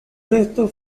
restos